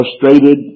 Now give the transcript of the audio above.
frustrated